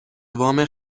وام